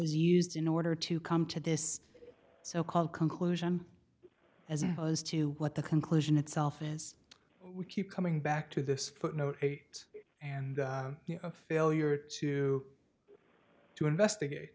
used in order to come to this so called conclusion as opposed to what the conclusion itself is we keep coming back to this footnote eight and a failure to to investigate